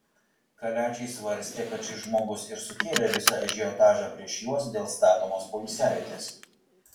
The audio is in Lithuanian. kaliačiai svarstė kad šis žmogus ir sukėlė visą ažiotažą prieš juos dėl statomos poilsiavietės